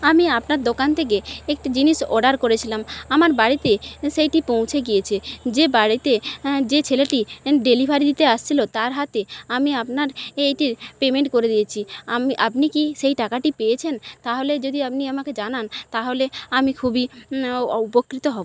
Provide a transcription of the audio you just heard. আমি আপনার দোকান থেকে একটি জিনিস অর্ডার করেছিলাম আমার বাড়িতে সেইটি পৌঁছে গিয়েছে যে বাড়িতে যে ছেলেটি ডেলিভারি দিতে আসছিলো তার হাতে আমি আপনার এইটির পেমেন্ট করে দিয়েছি আপনি কি সেই টাকাটি পেয়েছেন তাহালে যদি আপনি আমাকে জানান তাহলে আমি খুবই উপকৃত